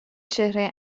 چهره